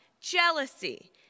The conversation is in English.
jealousy